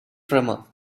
tremor